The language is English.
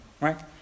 right